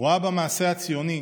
רואה במעשה הציוני,